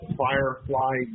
firefly